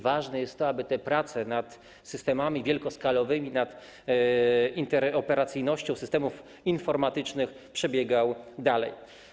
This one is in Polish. Ważne jest, aby prace nad systemami wielkoskalowymi, nad interoperacyjnością systemów informatycznych przebiegały dalej.